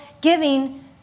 giving